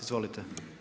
Izvolite.